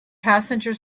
passenger